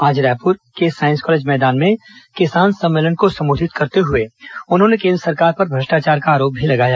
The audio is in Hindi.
आज रायपुर साईंस कालेज मैदान में किसान सम्मलेन को संबोधित करते हुए उन्होंने केन्द्र सरकार पर भ्रष्टाचार का आरोप भी लगाया